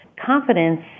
confidence